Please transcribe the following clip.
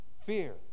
Fear